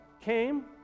came